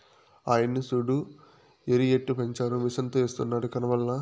ఆయన్ని సూడు ఎరుయెట్టపెంచారో మిసనుతో ఎస్తున్నాడు కనబల్లా